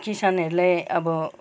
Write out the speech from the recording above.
किसानहरूले अब